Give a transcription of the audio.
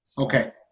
okay